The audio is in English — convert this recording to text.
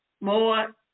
more